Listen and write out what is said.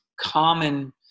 common